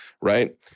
right